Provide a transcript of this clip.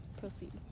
Proceed